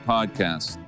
Podcast